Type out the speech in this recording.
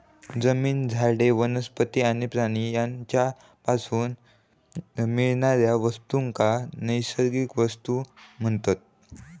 जमीन, झाडे, वनस्पती आणि प्राणी यांच्यापासून मिळणाऱ्या वस्तूंका नैसर्गिक वस्तू म्हणतत